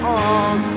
on